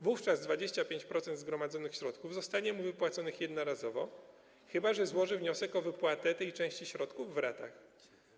Wówczas 25% zgromadzonych środków zostanie wypłacone uczestnikowi jednorazowo, chyba że złoży on wniosek o wypłatę tej części środków w ratach.